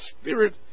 spirit